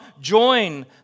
join